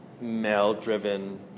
male-driven